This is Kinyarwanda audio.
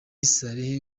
saleh